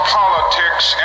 politics